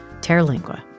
Terlingua